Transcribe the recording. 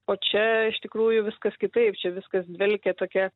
o čia iš tikrųjų viskas kitaip čia viskas dvelkia tokia